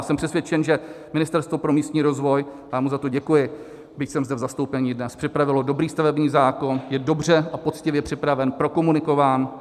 Jsem přesvědčen, že Ministerstvo pro místní rozvoj, a já mu za to děkuji, byť jsem zde v zastoupení dnes, připravilo dobrý stavební zákon, je dobře a poctivě připraven, prokomunikován.